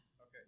Okay